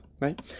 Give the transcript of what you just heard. right